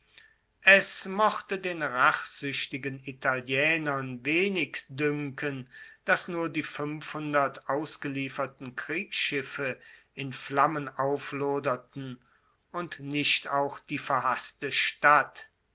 es mochte den rachsuechtigen italienern wenig duenken dass nur die fuenfhundert ausgelieferten kriegsschiffe in flammen aufloderten und nicht auch die verhasste stadt